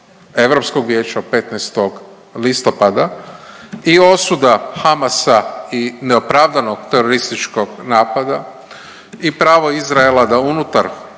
Europskog vijeća od 15. listopada i osuda Hamasa i neopravdanog terorističkog napada i pravo Izraela da unutar